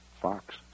fox